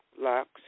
locks